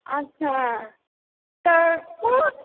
अच्छा तऽ कोन